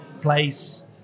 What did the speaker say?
place